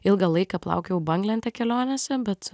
ilgą laiką plaukiojau banglente kelionėse bet